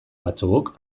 batzuk